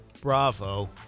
Bravo